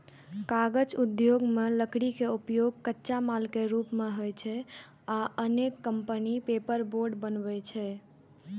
कागज उद्योग मे लकड़ी के उपयोग कच्चा माल के रूप मे होइ छै आ अनेक कंपनी पेपरबोर्ड बनबै छै